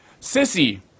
Sissy